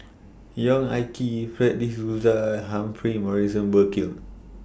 Yong Ah Kee Fred De Souza Humphrey Morrison Burkill